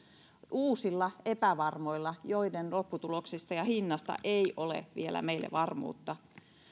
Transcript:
uusilla epävarmoilla joiden lopputuloksista ja hinnasta ei ole vielä meille varmuutta